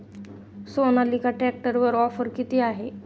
सोनालिका ट्रॅक्टरवर ऑफर किती आहे?